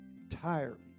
entirely